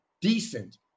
decent